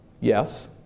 yes